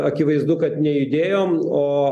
akivaizdu kad nejudėjom o